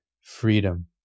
freedom